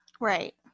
Right